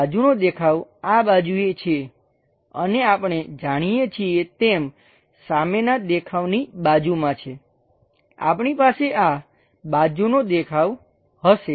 બાજુનો દેખાવ આ બાજુએ છે અને આપણે જાણીએ છીએ તેમ સામેના દેખાવની બાજુમાં છે આપણી પાસે આ બાજુનો દેખાવ હશે